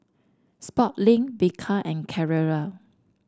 Sportslink Bika and Carrera